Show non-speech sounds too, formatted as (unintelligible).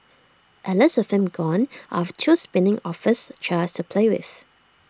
at least (unintelligible) him gone I'll have two spinning office chairs to play with